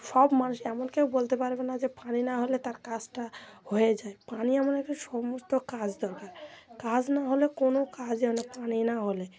সব মানুষ এমন কেউ বলতে পারবে না যে পানি না হলে তার কাজটা হয়ে যায় পানি এমন একটা সমস্ত কাজ দরকার কাজ না হলে কোনো কাজই হয় না পানি না হলে